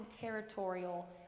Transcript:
territorial